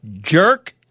Jerk